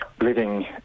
living